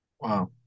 Wow